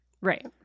Right